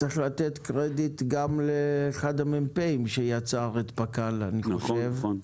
צריך לתת קרדיט גם לאחד המ"פ שיצר את פק"ל אני חושב,